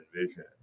vision